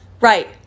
Right